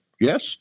yes